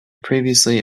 previously